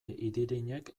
idirinek